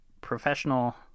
professional